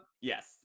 yes